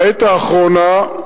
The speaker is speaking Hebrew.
בעת האחרונה,